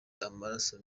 amaraso